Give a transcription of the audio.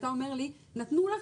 אתה אומר לי: נתנו לך,